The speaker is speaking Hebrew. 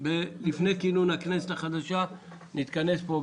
ולפני כינון הכנסת החדשה נתכנס פה,